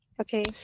Okay